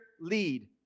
lead